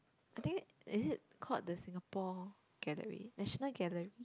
I think is it called the Singapore Gallery National Gallery